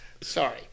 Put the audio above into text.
Sorry